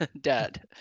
Dad